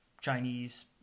Chinese